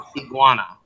iguana